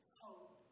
hope